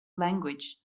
language